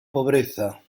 pobreza